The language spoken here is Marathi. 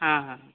हां हां